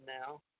now